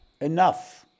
enough